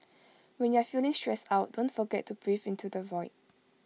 when you are feeling stressed out don't forget to breathe into the void